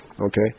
Okay